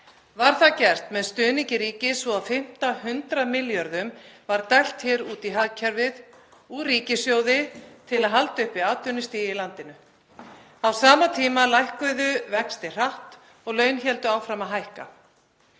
Var það gert með stuðningi ríkis og á fimmta hundrað milljörðum var dælt út í hagkerfið úr ríkissjóði til að halda uppi atvinnustigi í landinu. Á sama tíma lækkuðu vextir hratt og laun héldu áfram að hækka.